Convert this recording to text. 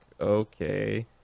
okay